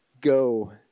go